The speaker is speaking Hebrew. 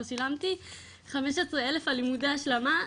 שילמתי חמש עשרה אלף על לימודי השלמה.